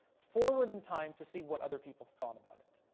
forward in time to see what other people thought about it.